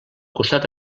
costat